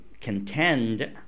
contend